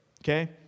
okay